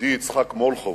ידידי יצחק מולכו